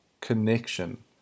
connection